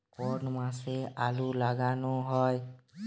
কোন মাসে আলু লাগানো হয়?